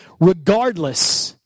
regardless